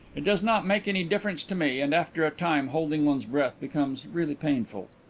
it does not make any difference to me, and after a time holding one's breath becomes really painful.